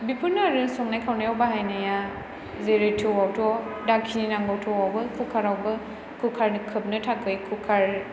बिफोरनो आरो संनाय खावनायाव बाहायनाया जेरै थौआवथ' दाखिनि नांगौ थौआवबो कुकार आवबो कुकार नि खोबनो थाखै कुकार